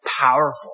powerful